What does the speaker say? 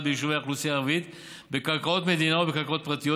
ביישובי האוכלוסייה הערבית בקרקעות מדינה ובקרקעות פרטיות.